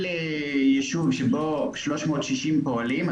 כל ישוב שבו 360 פועלים,